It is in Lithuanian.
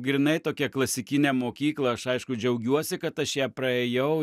grynai tokia klasikinė mokykla aš aišku džiaugiuosi kad aš ją praėjau